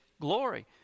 glory